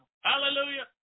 Hallelujah